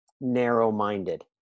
narrow-minded